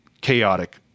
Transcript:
chaotic